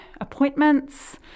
appointments